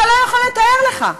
אתה לא יכול לתאר לך.